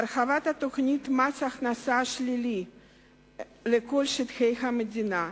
הרחבת תוכנית מס הכנסה שלילי לכל שטחי המדינה,